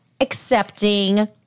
accepting